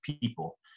people